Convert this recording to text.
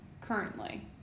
currently